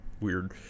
Weird